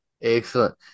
Excellent